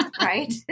right